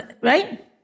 right